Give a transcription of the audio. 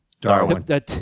Darwin